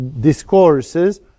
discourses